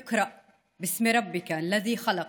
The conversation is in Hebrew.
(אומרת בערבית: